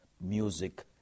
music